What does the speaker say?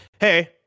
hey